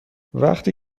وفتی